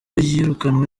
yirukanwe